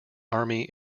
army